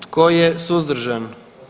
Tko je suzdržan?